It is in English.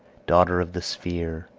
daughter of the sphere,